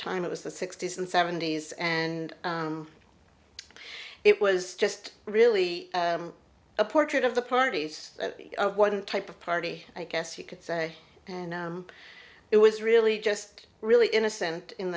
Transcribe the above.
time it was the sixty's and seventy's and it was just really a portrait of the parties of one type of party i guess you could say and it was really just really innocent in